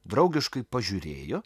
draugiškai pažiūrėjo